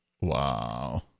Wow